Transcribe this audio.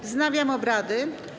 Wznawiam obrady.